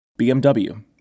BMW